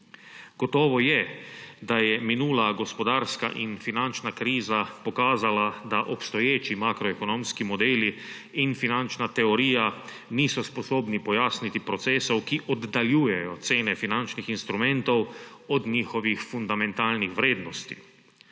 Gotovo je, da je minula gospodarska in finančna kriza pokazala, da obstoječi makroekonomski modeli in finančna teorija niso sposobni pojasniti procesov, ki oddaljujejo cene finančnih instrumentov od njihovih fundamentalnih vrednosti.